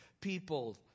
people